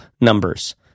numbers